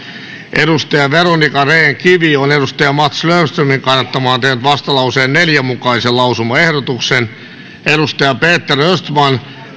veronica rehn kivi on mats löfströmin kannattamana tehnyt vastalauseen neljän mukaisen lausumaehdotuksen peter östman